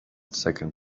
second